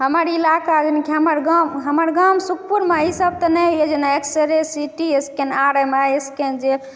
हमर इलाका जे हमर गाँव सुखपुरमे ई सब तऽ नहि अइ जेना x ray C T scan M R I scan जे